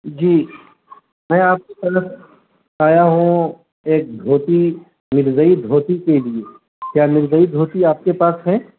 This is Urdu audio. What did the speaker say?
جی میں آپ کے مطلب آیا ہوں ایک دھوتی مرزئی دھوتی کے لیے کیا مرزئی دھوتی آپ کے پاس ہے